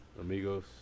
Amigos